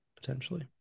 potentially